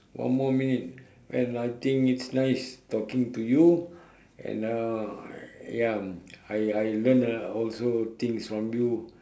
one more minute well I think it's nice talking to you and uh ya I I learn uh also things from you